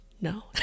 No